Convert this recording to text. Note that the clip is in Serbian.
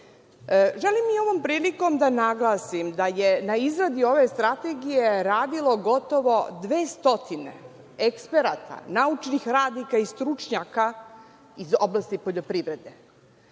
Želim ovom prilikom da naglasim da je na izradi ove strategije radilo gotovo 200 eksperata, naučnih radnika i stručnjaka iz oblasti poljoprivrede. Danas